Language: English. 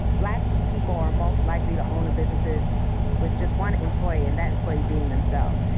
black people are most likely to own a businesses with just one employee and that employee being themselves.